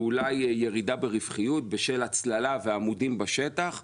ואולי ירידה ברווחיות, בשל הצללה ועמודים בשטח.